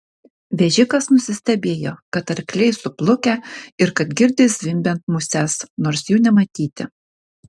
vežikas nusistebėjo kad arkliai suplukę ir kad girdi zvimbiant muses nors jų nematyti